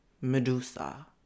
Medusa